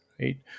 right